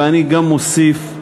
ואני מוסיף,